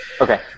Okay